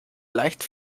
leicht